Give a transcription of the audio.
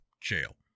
jail